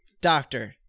Doctor